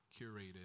curated